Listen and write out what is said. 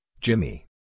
Jimmy